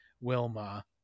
Wilma